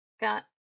got